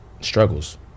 struggles